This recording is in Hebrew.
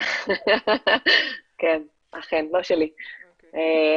אני מציעה,